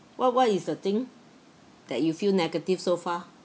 what what is the thing that you feel negative so far